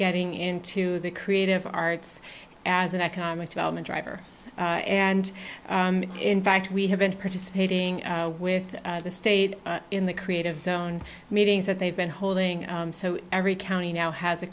getting into the creative arts as an economic development driver and in fact we have been participating with the state in the creative zone meetings that they've been holding so every county now has a